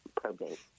probate